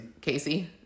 Casey